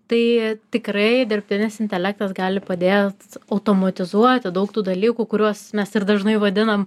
tai tikrai dirbtinis intelektas gali padėt automatizuoti daug tų dalykų kuriuos mes ir dažnai vadinam